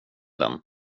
den